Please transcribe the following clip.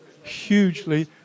hugely